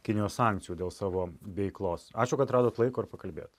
kinijos sankcijų dėl savo veiklos ačiū kad radot laiko pakalbėjot